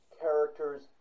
characters